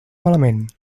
malament